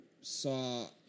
saw